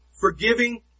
forgiving